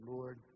Lord